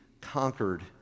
conquered